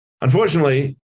Unfortunately